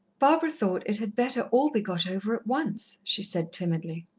barbara thought it had better all be got over at once, she said timidly.